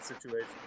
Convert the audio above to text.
situation